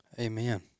Amen